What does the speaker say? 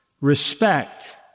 respect